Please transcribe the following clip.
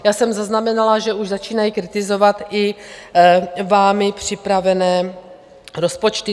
Já jsem zaznamenala, že už začínají kritizovat i vámi připravené rozpočty.